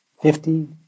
Fifty